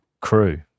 crew